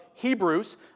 Hebrews